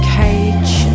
cage